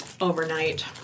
overnight